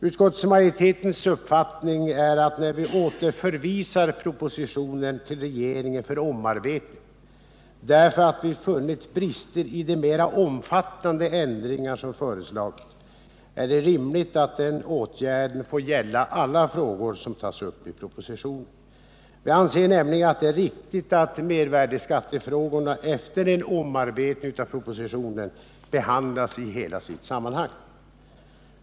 Utskottsmajoritetens uppfattning är att eftersom vi återförvisar propositionen till regeringen för omarbetning därför att vi funnit brister i de mera omfattande ändringar som föreslagits, är det rimligt att den åtgärden får gälla alla frågor som tas upp i propositionen. Vi anser nämligen att det är riktigt att mervärdeskattefrågorna efter en omarbetning av propositionen behandlas i hela sitt sammanhang.